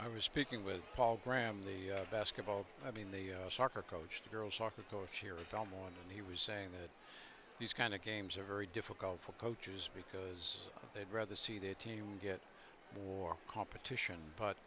i was speaking with paul graham the basketball i mean the soccer coach the girls soccer coach here all morning and he was saying that these kind of games are very difficult for coaches because they'd rather see their team get more competition but